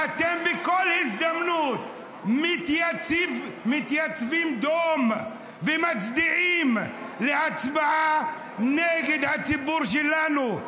אתם בכל הזדמנות מתייצבים דום ומצדיעים להצבעה נגד הציבור שלנו: